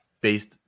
Based